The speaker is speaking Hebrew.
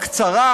מאוד קצרה,